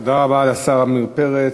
תודה רבה לשר עמיר פרץ.